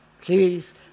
Please